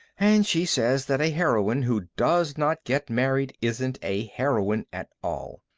and she says that a heroine who does not get married isn't a heroine at all.